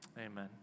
Amen